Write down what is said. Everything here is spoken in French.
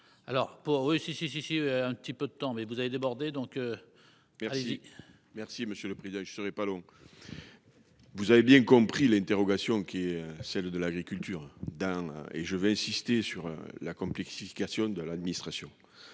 Alors pour eux si si si si un petit peu de temps mais vous avez débordé donc. Merci. Merci monsieur le prix de, je ne savais pas long. Vous avez bien compris l'interrogation qui est celle de l'agriculture d'un et je veux insister sur la complexification de l'administration.